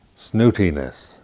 snootiness